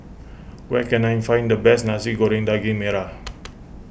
where can I find the best Nasi Goreng Daging Merah